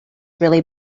really